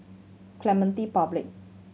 Clementi Public